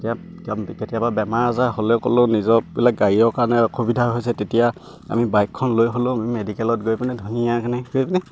এতিয়া কেতিয়াবা বেমাৰ আজাৰ হ'লেও ক'লেও নিজৰ বোলে গাড়ীৰ কাৰণে অসুবিধা হৈছে তেতিয়া আমি বাইকখন লৈ হ'লেও আমি মেডিকেলত গৈ পিনে ধুনীয়া